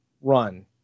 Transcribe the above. run